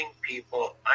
people